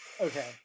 Okay